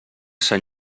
sant